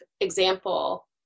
example